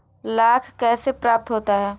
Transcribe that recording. लाख कैसे प्राप्त होता है?